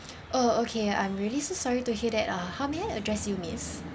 oh okay I'm really so sorry to hear that uh how may I address you miss